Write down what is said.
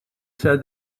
said